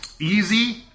Easy